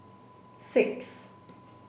six